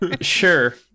Sure